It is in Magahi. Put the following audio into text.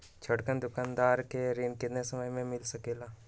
छोटकन दुकानदार के ऋण कितने समय मे मिल सकेला?